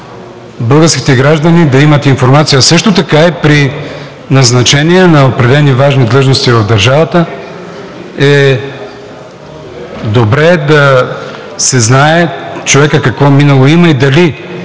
българските граждани да имат информация. Също така при назначение на определени важни длъжности в държавата е добре да се знае човекът какво минало има и дали